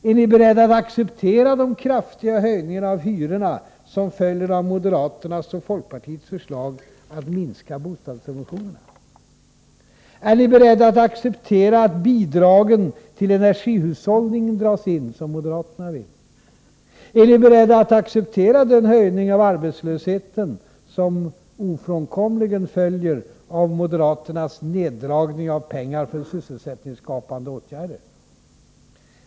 Är ni beredda att acceptera de kraftiga höjningar av hyrorna som följer av moderaternas och folkpartiets förslag att minska bostadssubventionerna? Är ni beredda att acceptera att bidragen till energihushållningen dras in, som moderaterna vill? Är ni beredda att acceptera den höjning av arbetslösheten som ofrånkomligen följer av moderaternas neddragning av pengar till sysselsättningsskapande åtgärder?